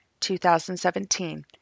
2017